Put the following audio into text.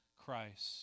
Christ